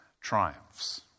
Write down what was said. triumphs